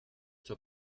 zur